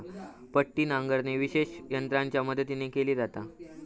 पट्टी नांगरणी विशेष यंत्रांच्या मदतीन केली जाता